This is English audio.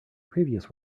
previous